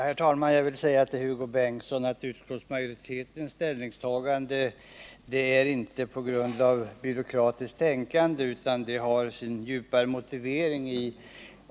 Herr talman! Utskottsmajoritetens ställningstagande är inte grundat på byråkratiskt tänkande, utan det har en djupare motivering.